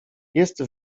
jest